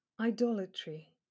idolatry